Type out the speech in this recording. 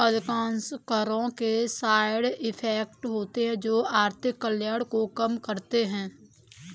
अधिकांश करों के साइड इफेक्ट होते हैं जो आर्थिक कल्याण को कम करते हैं